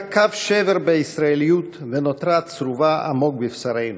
קו שבר בישראליות ונותרה צרובה עמוק בבשרנו.